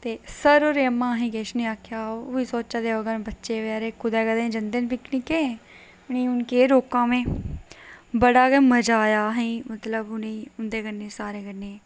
ते सर होरें उ'आं असें गी किश नेईं आखेआ ओह्बी सोच्चै दे होङन बच्चे बचैरे कुतै कदें जंदे न पिकनिकै उ'नें गी हून केह् रोकां में बड़ा गै मजा आया असें गी मतलब उ'नें गी असें गी सारें कन्नै